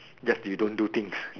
yes you don't do things